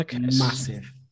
massive